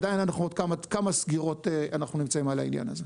עדיין עוד כמה סגירות אנחנו נמצאים על העניין הזה.